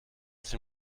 sich